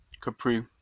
Capri